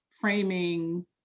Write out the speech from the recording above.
framing